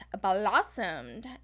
blossomed